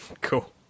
Cool